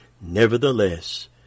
Nevertheless